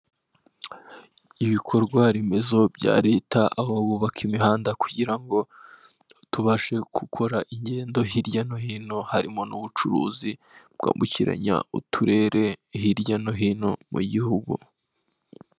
Ibikorwa remezo bya Leta aho bubaka imihanda kugira ngo tubashe gukora ingendo hirya no hino, harimo n'ubucuruzi bwambukiranya uturere hirya no hino mu gihugu.